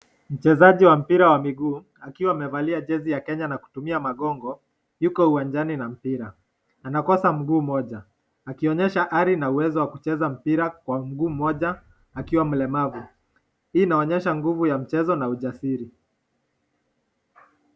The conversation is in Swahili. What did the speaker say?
Mchezaji wa mpira wa miguu akiwa amevalia jezi ya Kenya na kutumia magongo yuko uwanjani na mpira. Anakosa mguu mmoja, akionyesha ari na uwezo wa kucheza mpira kwa mguu mmoja akiwa mlemavu. Hii inaonyesha nguvu ya mchezo na ujasiri.